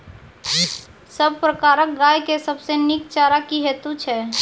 सब प्रकारक गाय के सबसे नीक चारा की हेतु छै?